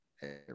Hey